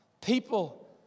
People